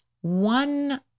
one